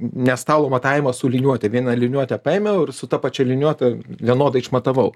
ne stalo matavimas su liniuote viena liniuote paėmiau ir su ta pačia liniuote vienodai išmatavau